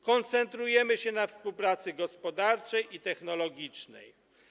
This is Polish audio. Koncentrujemy się na współpracy gospodarczej i technologicznej.